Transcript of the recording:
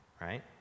right